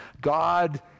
God